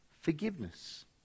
Forgiveness